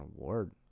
award